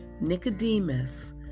Nicodemus